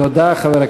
תודה, חבר הכנסת זאב.